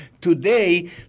today